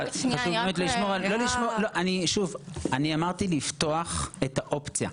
אני אמרתי לפתוח את האופציה.